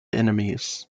enemies